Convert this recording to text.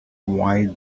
why